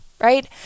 right